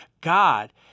God